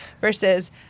versus